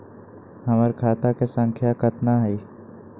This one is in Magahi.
हमर खाता के सांख्या कतना हई?